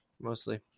mostly